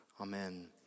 Amen